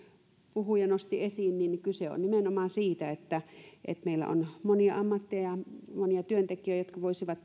puhuja nosti esiin niin kyse on nimenomaan siitä että että meillä on monia ammatteja monia työntekijöitä jotka voisivat